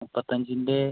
മുപ്പത്തഞ്ചിൻ്റെ